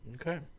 Okay